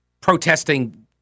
protesting